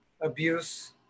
abuse